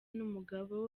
n’umugabo